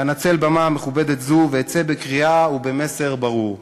ואנצל במה מכובדת זו ואצא בקריאה ובמסר ברור: